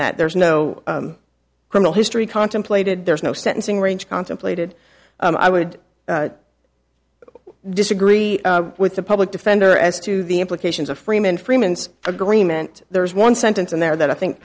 that there's no criminal history contemplated there's no sentencing range contemplated i would disagree with the public defender as to the implications of freeman freeman's agreement there's one sentence in there that i think